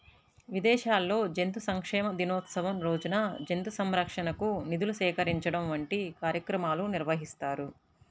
విదేశాల్లో జంతు సంక్షేమ దినోత్సవం రోజున జంతు సంరక్షణకు నిధులు సేకరించడం వంటి కార్యక్రమాలు నిర్వహిస్తారు